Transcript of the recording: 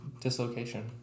dislocation